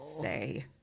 say